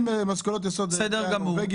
אתם משנים מושכלות יסוד לגבי "הנורבגי" --- בסדר גמור.